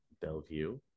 Bellevue